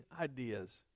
ideas